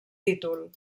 títol